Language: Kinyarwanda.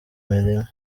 mirima